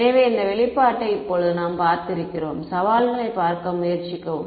எனவே இந்த வெளிப்பாட்டை இப்போது நாம் பார்த்திருக்கிறோம் சவால்களைப் பார்க்க முயற்சிக்கவும்